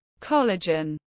collagen